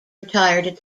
retired